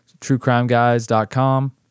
Truecrimeguys.com